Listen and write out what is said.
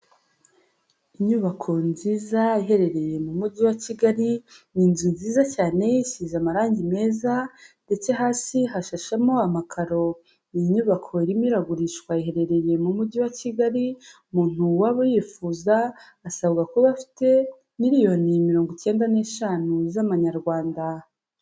Inyubako nziza iherereye mu Mujyi wa Kigali, ni inzu nziza cyane isize amarangi meza, ndetse hasi hashashemo amakaro. Iyi nyubako irimo iragurishwa iherereye mu Mujyi wa Kigali, Umuntu waba uyifuza asabwa kuba afite miliyoni mirongo icyenda n'eshanu z'Amanyarwanda.